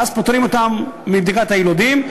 ואז פוטרים אותם מבדיקת היילודים.